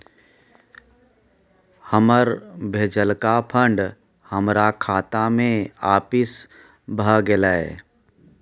हमर भेजलका फंड हमरा खाता में आपिस भ गेलय